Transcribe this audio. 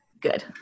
Good